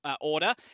order